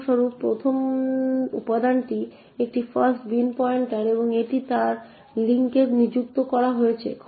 উদাহরণস্বরূপ এই 1ম উপাদানটি একটি ফাস্ট বিন পয়েন্টার এবং এটি তার লিঙ্কে নিযুক্ত করা হয়েছে